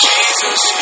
Jesus